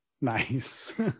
nice